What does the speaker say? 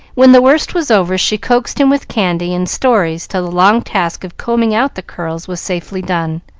when the worst was over, she coaxed him with candy and stories till the long task of combing out the curls was safely done